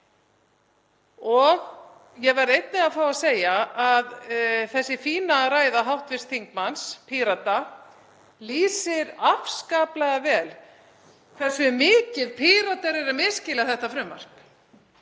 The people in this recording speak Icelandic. Ég verð einnig að fá að segja að þessi fína ræða hv. þingmanns Pírata lýsir afskaplega vel hversu mikið Píratar eru að misskilja þetta frumvarp